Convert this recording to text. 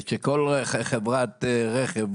של כל חברת רכב,